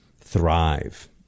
thrive